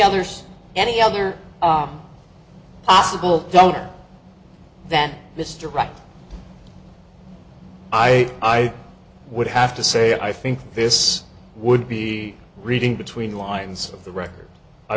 others any other possible down that mr right i i would have to say i think this would be reading between the lines of the record i